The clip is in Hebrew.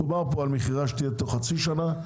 מדובר פה על מכירה שתתבצע בתוך כחצי שנה,